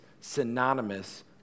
synonymous